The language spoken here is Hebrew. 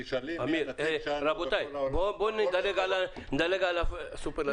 בואו נדלג על הסופרלטיבים.